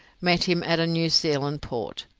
met him at a new zealand port.